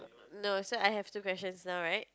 no so I have two questions now right